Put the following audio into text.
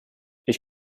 ich